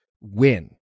win